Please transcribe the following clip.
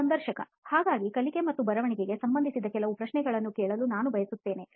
ಸಂದರ್ಶಕ ಹಾಗಾಗಿ ಕಲಿಕೆ ಮತ್ತು ಬರವಣಿಗೆಗೆ ಸಂಬಂಧಿಸಿದ ಕೆಲವು ಪ್ರಶ್ನೆಗಳನ್ನು ಕೇಳಲು ನಾನು ಬಯಸುತ್ತೇನೆ